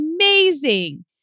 amazing